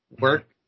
work